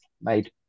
made